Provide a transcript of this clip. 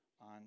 on